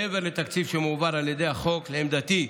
מעבר לתקציב שמועבר על פי החוק, לעמדתי,